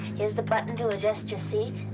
here's the button to adjust your seat.